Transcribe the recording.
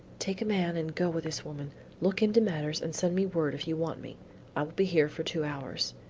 take a man and go with this woman look into matters and send me word if you want me i will be here for two hours.